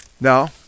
Now